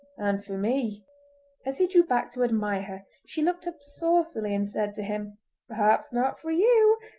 and for me as he drew back to admire her she looked up saucily, and said to him perhaps not for you.